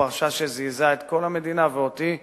פרשה שזעזעה את כל המדינה ואותי בהחלט.